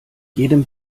jedem